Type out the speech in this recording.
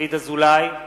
דוד אזולאי,